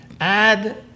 add